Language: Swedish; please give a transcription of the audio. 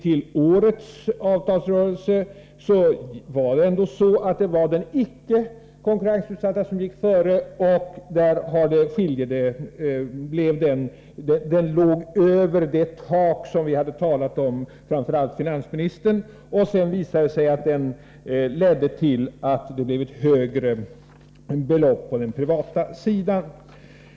I årets avtalsrörelse gick den icke konkurrensutsatta sektorn före, och man överskred det tak som vi hade talat om, framför allt finansministern. Sedan visade det sig att detta ledde till att det blev ett högre belopp på den privata sidan.